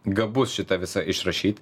gabus šitą visą išrašyti